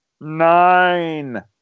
nine